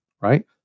right